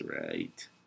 right